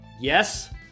Yes